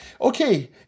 Okay